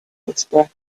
whisperer